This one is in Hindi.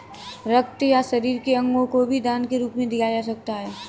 रक्त या शरीर के अंगों को भी दान के रूप में दिया जा सकता है